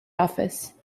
office